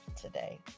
today